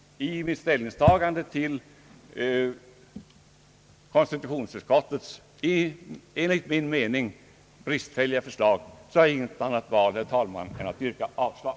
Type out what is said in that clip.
I mitt ställningstagande till konstitutionsutskottets enligt min mening bristfälliga förslag har jag emellertid inget annat val än att yrka avslag.